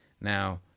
Now